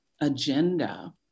agenda